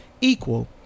equal